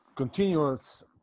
continuous